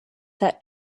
that